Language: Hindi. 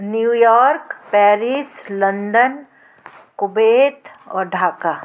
new York Paris London Kuwait और ढाका